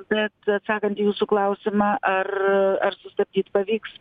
bet atsakant į jūsų klausimą ar ar sustabdyt pavyks